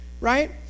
Right